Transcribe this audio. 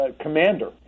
Commander